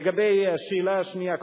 לגבי השאלה השנייה.